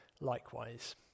likewise